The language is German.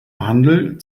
handel